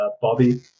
Bobby